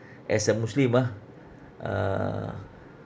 as a muslim ah ah